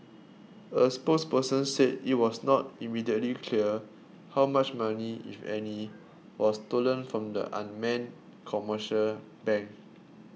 a spokesperson said it was not immediately clear how much money if any was stolen from the unnamed commercial bank